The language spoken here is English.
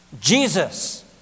Jesus